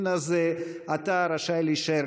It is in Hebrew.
אז אתה רשאי להישאר.